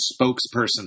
spokesperson